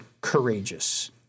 courageous